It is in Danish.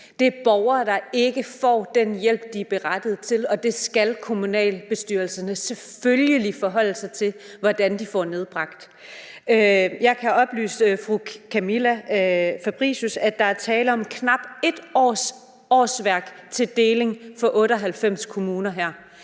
Det er borgere, der ikke får den hjælp, de er berettiget til, og det skal kommunalbestyrelserne selvfølgelig forholde sig til hvordan de får nedbragt. Jeg kan oplyse fru Camilla Fabricius om, at der er tale om knap 1 årsværk til deling for 98 kommuner.